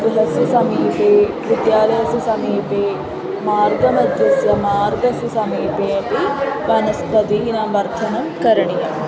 गृहस्य समीपे विद्यालयस्य समीपे मार्गमध्यस्य मार्गस्य समीपे अपि वनस्पतीनां वर्धनं करणीयम्